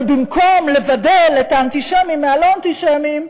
אבל במקום לבדל את האנטישמים מהלא-אנטישמים,